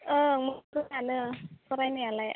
ओं मोजाङानो फरायनायालाय